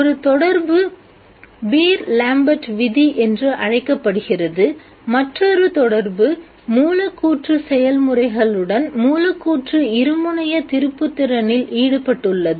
ஒரு தொடர்பு Beer Lambert விதி என்று அழைக்கப்படுகிறது மற்றொரு தொடர்பு மூலக்கூற்று செயல்முறைகளுடன் மூலக்கூற்று இருமுனைய திருப்புத்திறனில் ஈடுபட்டுள்ளது